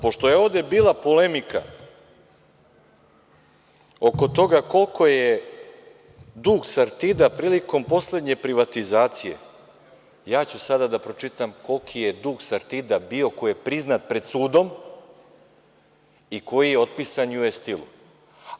Pošto je ovde bila polemika oko toga kolko je dug „Sartida“ prilikom poslednje privatizacije, ja ću sada da pročitam koliki je dug „Sartida“ bio koji je priznat pred sudom i koji je otpisan U.S. Steel-u.